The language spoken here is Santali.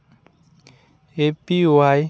ᱮ ᱯᱤ ᱚᱣᱟᱭ